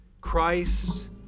Christ